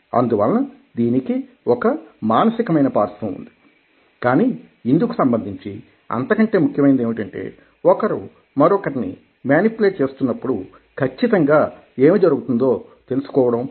అందువలన దీనికి ఒక మానసికమైన పార్శ్వం ఉంది కానీ ఇందుకు సంబంధించి అంతకంటే ముఖ్యమైనది ఏమిటంటే ఒకరు మరొకరిని మేనిప్యులేట్ చేస్తున్నప్పుడు ఖచ్చితంగా ఏమి జరుగుతోందో తెలుసుకోవడం